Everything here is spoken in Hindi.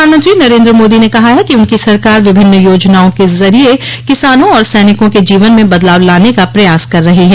प्रधानमंत्री नरेन्द्र मोदी ने कहा है कि उनकी सरकार विभिन्न योजनाओं के जरिए किसानों और सैनिकों के जीवन में बदलाव लाने का प्रयास कर रही है